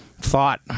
thought